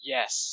Yes